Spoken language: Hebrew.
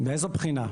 מאיזו בחינה?